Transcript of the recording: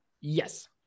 Yes